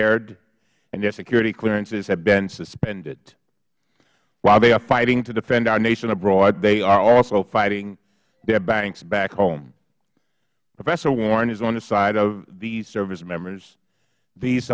impaired and their security clearances have been suspended while they are fighting to defend our nation abroad they are also fighting their banks back home professor warren is on the side of these service members these